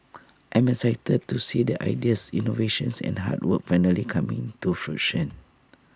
I'm excited to see the ideas innovations and hard work finally coming to fruition